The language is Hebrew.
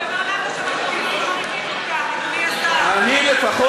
ולא שמעת מעולם ביטויים חריפים כאלה, מעולם.